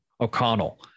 O'Connell